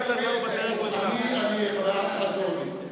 אל תעזור לי.